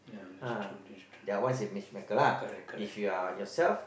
uh that is one it's match maker lah if you're yourself